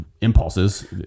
impulses